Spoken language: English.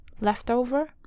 Leftover